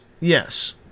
Yes